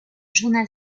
journal